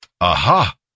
Aha